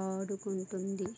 ఆడుకుంటుంది